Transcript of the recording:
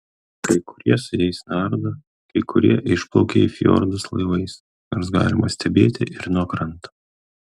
kai kurie su jais nardo kai kurie išplaukia į fjordus laivais nors galima stebėti ir nuo kranto